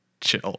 chill